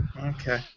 Okay